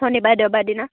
শনিবাৰে দেওবাৰে দিনা